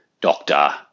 doctor